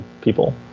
people